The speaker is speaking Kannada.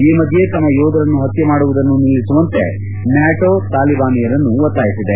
ಈ ಮಧ್ಯೆ ತಮ್ನ ಯೋಧರನ್ನು ಹತ್ನೆ ಮಾಡುವುದನ್ನು ನಿಲ್ಲಿಸುವಂತೆ ನ್ಲಾಟೊ ತಾಲಿಬಾನಿಯರನ್ನು ಒತ್ತಾಯಿಸಿದೆ